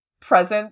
presence